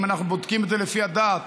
אם אנחנו בודקים את זה לפי הדת,